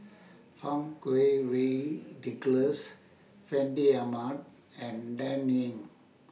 Fang Kuo Wei Nicholas Fandi Ahmad and Dan Ying